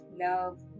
love